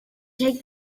take